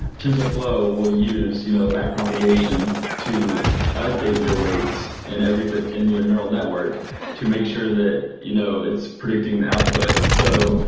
tensorflow will use you know back propagation to update your weights and and your neural network to make sure that you know it's predicting the output. so